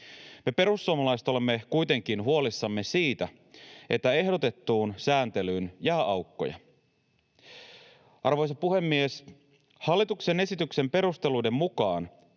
Me perussuomalaiset olemme kuitenkin huolissamme siitä, että ehdotettuun sääntelyyn jää aukkoja. Arvoisa puhemies! Hallituksen esityksen perusteluiden mukaan